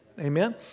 Amen